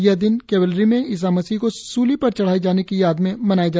यह दिन कैवेलरी में ईसा मसीह को सूली पर चढ़ाये जाने की याद में मनाया जाता है